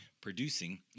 producing